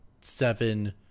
seven